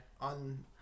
on